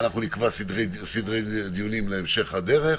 ונקבע סדרי דיונים להמשך הדרך.